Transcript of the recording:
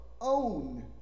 own